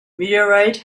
meteorite